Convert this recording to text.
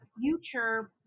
future